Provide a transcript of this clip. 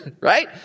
right